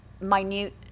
minute